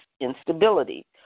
instability